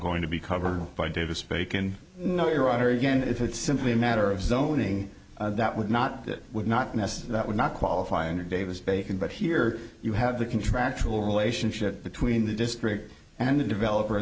going to be covered by davis bacon no your honor again if it's simply a matter of zoning that would not that would not nest would not qualify under davis bacon but here you have the contractual relationship between the district and the developer